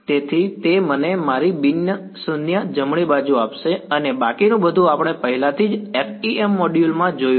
તેથી તે મને મારી બિન શૂન્ય જમણી બાજુ આપે છે અને બાકીનું બધું આપણે પહેલાથી જ FEM મોડ્યુલ માં જોયું છે